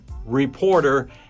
reporter